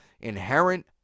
inherent